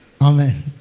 Amen